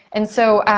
and so,